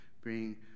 bring